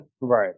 Right